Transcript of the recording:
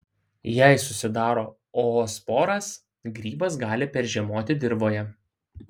jei susidaro oosporos grybas gali peržiemoti dirvoje